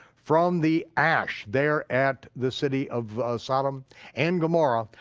from the ash there at the city of sodom and gomorrah,